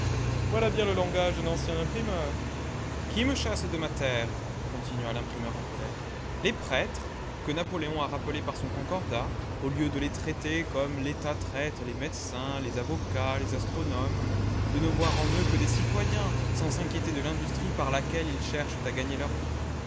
voilà bien le langage d'un ancien imprimeur qui me chasse de ma terre continua l'imprimeur en colère les prêtres que napoléon a rappelés par son concordat au lieu de les traiter comme l'état traite les médecins les avocats les astronomes de ne voir en eux que des citoyens sans s'inquiéter de l'industrie par laquelle ils cherchent à gagner leur vie